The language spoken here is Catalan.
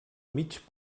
mig